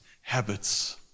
habits